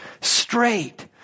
straight